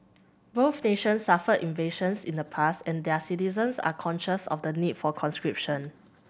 both nations suffered invasions in the past and their citizens are conscious of the need for conscription